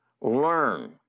Learn